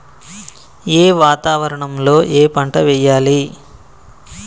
ఏ వాతావరణం లో ఏ పంట వెయ్యాలి?